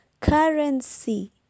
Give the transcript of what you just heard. currency